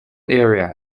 area